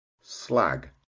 slag